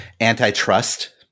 antitrust